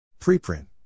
Preprint